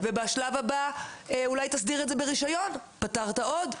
בשלב הבא אולי תסדיר את זה ברישיון, פתרת עוד.